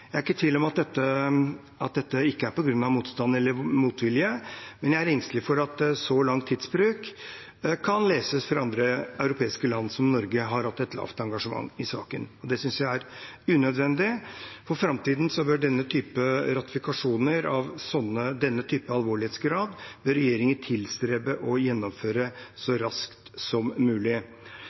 er ikke tvil om at dette ikke er på grunn av motstand eller motvilje, men jeg er engstelig for at så lang tidsbruk kan leses fra andre europeiske land som at Norge har hatt et lavt engasjement i saken. Det synes jeg er unødvendig. For framtiden bør regjeringen tilstrebe å gjennomføre ratifikasjoner av denne typen alvorlighetsgrad